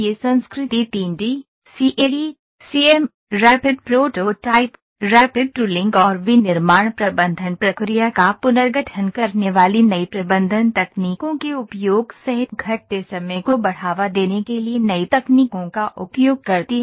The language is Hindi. यह संस्कृति 3 D CAD CAM rapid prototype rapid tooling और विनिर्माण प्रबंधन प्रक्रिया का पुनर्गठन करने वाली नई प्रबंधन तकनीकों के उपयोग सहित घटते समय को बढ़ावा देने के लिए नई तकनीकों का उपयोग करती है